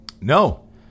No